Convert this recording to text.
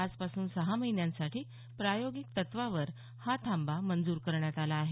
आजपासून सहा महिन्यांसाठी प्रायोगिक तत्वावर हा थांबा मंजूर करण्यात आला आहे